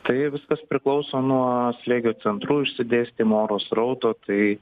tai viskas priklauso nuo slėgio centrų išsidėstymo oro srauto tai